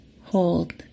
Hold